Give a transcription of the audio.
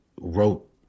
wrote